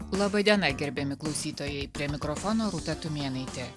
laba diena gerbiami klausytojai prie mikrofono rūta tumėnaitė